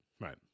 Right